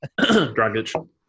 Dragic